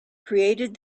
created